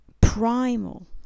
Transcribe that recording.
primal